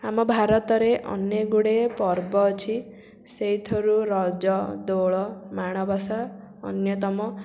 ଆମ ଭାରତରେ ଅନେକ ଗୁଡ଼େ ପର୍ବ ଅଛି ସେଇଥିରୁ ରଜ ଦୋଳ ମାଣବସା ଅନ୍ୟତମ